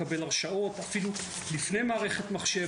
לקבל הרשאות אפילו לפני מערכת מחשב.